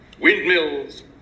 Windmills